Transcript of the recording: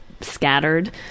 scattered